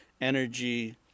energy